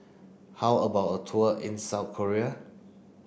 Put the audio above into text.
how about a tour in South Korea